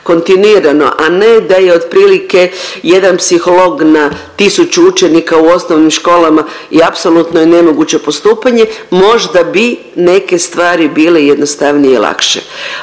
kontinuirano, a ne da je otprilike jedan psiholog na tisuću učenika u osnovnim školama je apsolutno nemoguće postupanje možda bi neke stvari bile jednostavnije i lakše.